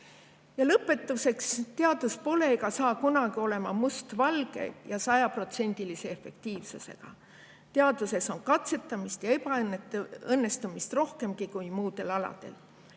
lõpetuseks. Teadus pole ega saa kunagi olema mustvalge ja sajaprotsendilise efektiivsusega. Teaduses on katsetamist ja ebaõnnestumist rohkemgi kui muudel aladel.